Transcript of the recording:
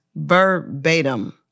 Verbatim